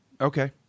Okay